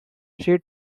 she